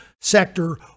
sector